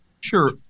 Sure